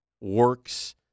works